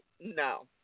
no